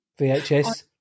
VHS